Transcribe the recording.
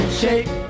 shake